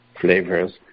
flavors